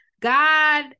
God